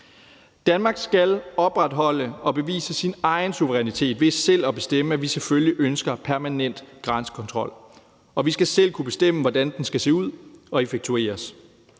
Danmark skal opretholde og bevise sin egen suverænitet ved selv at bestemme, at vi selvfølgelig ønsker permanent grænsekontrol. Og vi skal selv kunne bestemme, hvordan den skal se ud og effektueres,